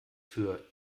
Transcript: für